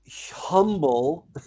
humble